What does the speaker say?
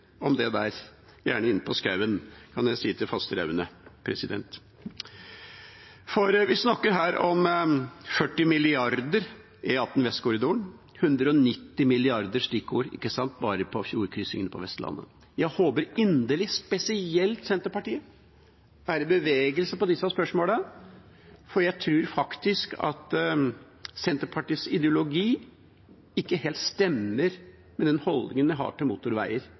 om det der, gjerne inne på skauen. Det kan jeg si til Fasteraune. For vi snakker her om 40 mrd. kr for E18 Vestkorridoren. 190 mrd. kr er et stikkord bare på fjordkryssingene på Vestlandet. Jeg håper inderlig at spesielt Senterpartiet er i bevegelse på disse spørsmålene, for jeg tror faktisk at Senterpartiets ideologi ikke helt stemmer med den holdningen de har til motorveier